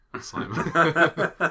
Simon